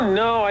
no